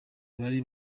bari